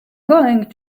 going